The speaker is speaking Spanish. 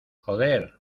joder